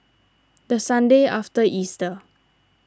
the Sunday after Easter